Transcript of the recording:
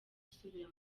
gusubira